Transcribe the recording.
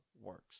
works